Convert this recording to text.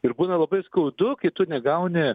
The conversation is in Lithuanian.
ir būna labai skaudu kai tu negauni